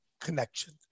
Connection